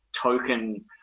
token